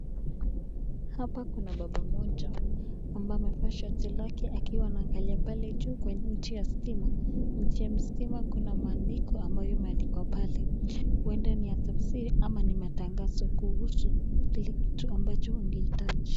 Hapa kuna baba mmoja ambaye amevaa shati lake akiwa anaangalia pale juu kwenye mti. Mti wa stima kuna maandiko ambayo imeandikwa pale huenda ni ya tafsili ama ni matangazo kuhusu kile kitu angehitaji.